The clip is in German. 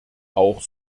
auch